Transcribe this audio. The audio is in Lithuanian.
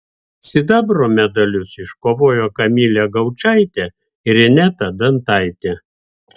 sidabro medalius iškovojo kamilė gaučaitė ir ineta dantaitė